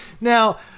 Now